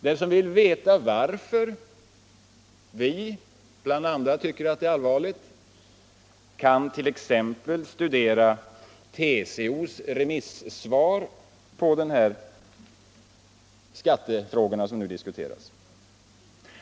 Den som vill veta varför vi — och andra — tycker att detta är allvarligt kan t.ex. studera TCO:s remissyttrande om de skattefrågor som nu diskuteras.